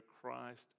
Christ